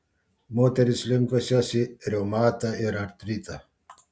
moterys linkusios į reumatą ir artritą